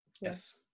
Yes